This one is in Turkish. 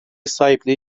sahipliği